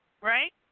right